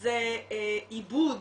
זה עיבוד